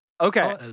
Okay